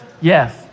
Yes